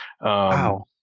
Wow